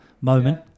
moment